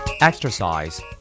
Exercise